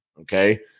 Okay